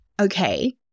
Okay